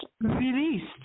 released